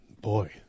Boy